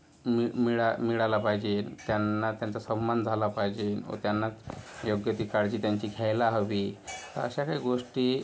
मि मिळा मिळाला पाहिजे त्यांना त्यांचा सम्मान झाला पाहिजे व त्यांना योग्य ती काळजी त्यांची घ्यायला हवी अशा काही गोष्टी